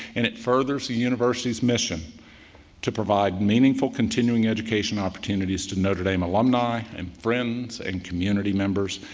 and it furthers the university's mission to provide meaningful continuing education opportunities to notre dame alumni and friends and community members.